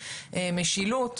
משילות,